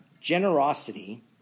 generosity